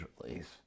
release